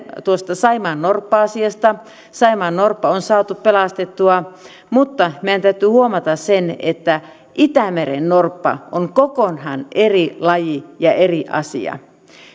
tuosta saimaannorppa asiasta saimaannorppa on saatu pelastettua mutta meidän täytyy huomata se että itämerennorppa on kokonaan eri laji ja eri asia